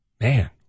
Man